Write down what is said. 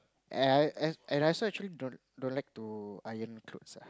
and and I also actually don't don't like to iron clothes ah